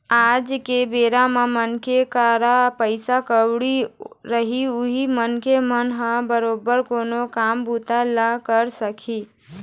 आज के बेरा म मनखे करा पइसा कउड़ी रही उहीं मनखे मन ह बरोबर कोनो काम बूता ल करे सकही